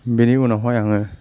बेनि उनावहाय आङो